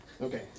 okay